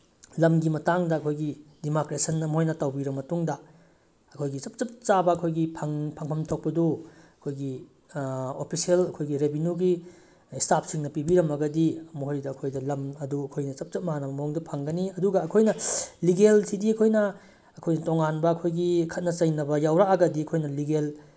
ꯂꯝꯒꯤ ꯃꯇꯥꯡꯗ ꯑꯩꯈꯣꯏꯒꯤ ꯗꯤꯃꯥꯔꯀꯦꯁꯟ ꯃꯣꯏꯅ ꯇꯧꯕꯤꯔ ꯃꯇꯨꯡꯗ ꯑꯩꯈꯣꯏꯒꯤ ꯆꯞ ꯆꯞ ꯆꯥꯕ ꯑꯩꯈꯣꯏꯒꯤ ꯐꯪꯐꯝ ꯊꯣꯛꯄꯗꯨ ꯑꯩꯈꯣꯏꯒꯤ ꯑꯣꯐꯤꯁꯤꯌꯦꯜ ꯑꯩꯈꯣꯏꯒꯤ ꯔꯦꯚꯤꯅ꯭ꯌꯨꯒꯤ ꯏꯁꯇꯥꯞꯁꯤꯡꯅ ꯄꯤꯕꯤꯔꯝꯃꯒꯗꯤ ꯃꯈꯣꯏꯗ ꯑꯩꯈꯣꯏꯗ ꯂꯝ ꯑꯗꯨ ꯑꯩꯈꯣꯏꯅ ꯆꯞ ꯆꯞ ꯃꯥꯟꯅꯕ ꯃꯑꯣꯡꯗ ꯐꯪꯒꯅꯤ ꯑꯗꯨꯒ ꯑꯩꯈꯣꯏꯅ ꯂꯤꯒꯦꯜꯁꯤꯗꯤ ꯑꯩꯈꯣꯏꯅ ꯑꯩꯈꯣꯏ ꯇꯣꯡꯉꯥꯟꯕ ꯑꯩꯈꯣꯏꯒꯤ ꯈꯠꯅ ꯆꯩꯅꯕ ꯌꯥꯎꯔꯛꯑꯒꯗꯤ ꯑꯩꯈꯣꯏꯅ ꯂꯤꯒꯦꯜ